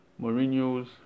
Mourinho's